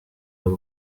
y’u